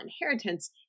inheritance